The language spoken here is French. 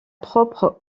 propre